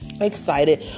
excited